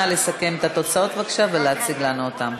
נא לסכם את התוצאות, בבקשה, ולהציג לנו אותן.